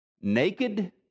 naked